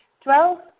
Twelve